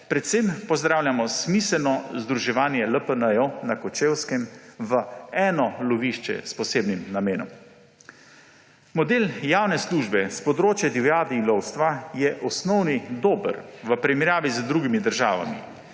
predvsem pozdravljamo smiselno združevanje LPN na Kočevskem v eno lovišče s posebnim namenom. Osnovni model javne službe s področja divjadi in lovstva je dober v primerjavi z drugimi državami,